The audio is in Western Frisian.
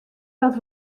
dat